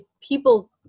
people